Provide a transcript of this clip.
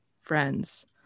friends